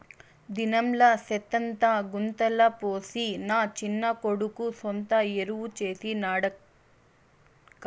దినంలా సెత్తంతా గుంతల పోసి నా చిన్న కొడుకు సొంత ఎరువు చేసి నాడక్కా